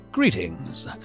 Greetings